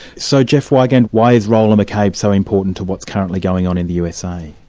so jeffrey wigand, why is rolah mccabe so important to what's currently going on in the usa?